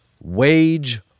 wage